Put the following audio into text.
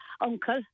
uncle